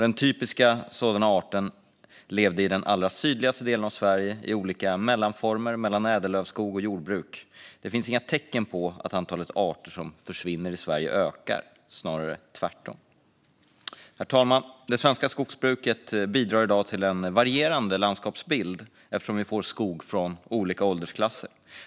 Den typiska arten som dött ut levde i den allra sydligaste delen av Sverige i olika mellanformer mellan ädellövskog och jordbruk. Det finns inga tecken på att antalet arter som försvinner i Sverige ökar, snarare tvärtom. Herr talman! Det svenska skogsbruket bidrar i dag till en varierande landskapsbild eftersom vi får skog av olika åldersklasser.